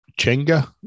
chenga